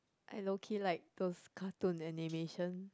I low key like those cartoon animation